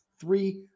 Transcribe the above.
three